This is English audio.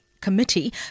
committee